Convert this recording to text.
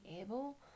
able